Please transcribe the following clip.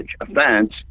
offense